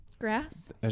Grass